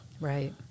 Right